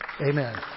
Amen